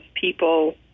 people